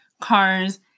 cars